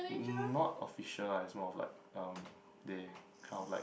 not official ah it's more like they kind of like